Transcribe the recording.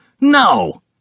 No